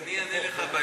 אז אני אענה לך בזמני.